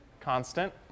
Constant